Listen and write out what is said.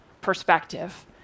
perspective